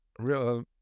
Real